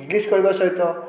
English କହିବା ସହିତ